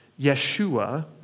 Yeshua